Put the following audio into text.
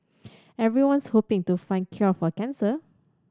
everyone's hoping to find cure for cancer